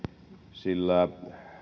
sillä